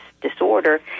disorder